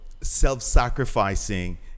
self-sacrificing